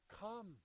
Come